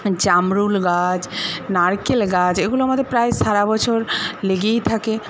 জামরুল গাছ নারকেল গাছ এগুলো আমাদের প্রায় সারা বছর লেগেই থাকে